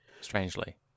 strangely